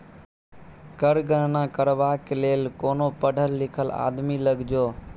कर गणना करबाक लेल कोनो पढ़ल लिखल आदमी लग जो